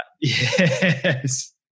Yes